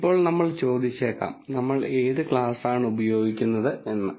ഇപ്പോൾ നമ്മൾ ചോദിച്ചേക്കാം നമ്മൾ ഇത് എപ്പോഴാണ് ഉപയോഗിക്കുന്നത് എന്ന്